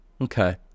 Okay